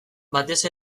batez